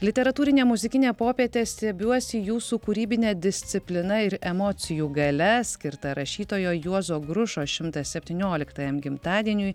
literatūrinė muzikinė popietė stebiuosi jūsų kūrybine disciplina ir emocijų galia skirta rašytojo juozo grušo šimtas septynioliktajam gimtadieniui